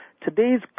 Today's